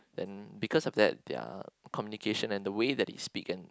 then because of that their communication and the way that they speak and